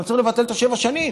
צריך לבטל גם את השבע שנים.